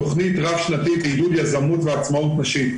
תוכנית רב-שנתית לעידוד יזמות ועצמאות נשית.